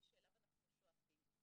שאליו אנחנו שואפים.